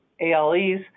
ALEs